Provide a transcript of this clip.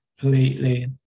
Completely